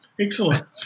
Excellent